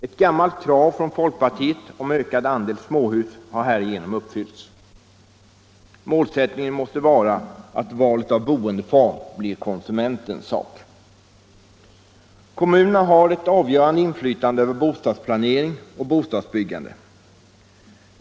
Ett gammalt krav från folkpartiet om ökad andel småhus har därigenom uppfyllts. Målsättningen måste vara att valet av boendeform blir konsumentens sak. Kommunerna har ett avgörande inflytande över bostadsplanering och bostadsbyggande.